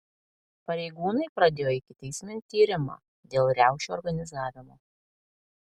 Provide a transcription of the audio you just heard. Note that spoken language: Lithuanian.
pareigūnai pradėjo ikiteisminį tyrimą dėl riaušių organizavimo